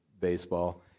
baseball